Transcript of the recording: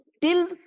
till